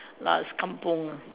last kampung